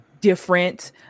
different